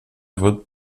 wird